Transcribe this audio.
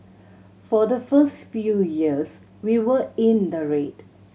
for the first few years we were in the red